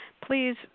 please